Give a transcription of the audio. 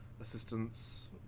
assistance